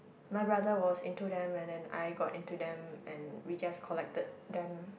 my brother was into them and then I got into them and we just collected them